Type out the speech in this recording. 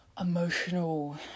emotional